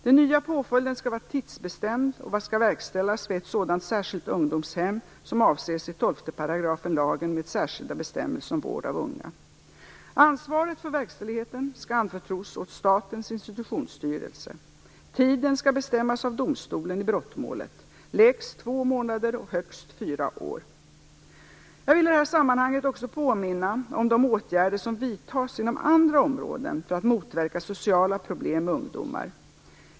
Den nya påföljden skall vara tidsbestämd och skall verkställas vid ett sådant särskilt ungdomshem som avses i 12 § lagen Jag vill i detta sammanhang också påminna om de åtgärder som vidtas inom andra områden för att motverka sociala problem med ungdomar.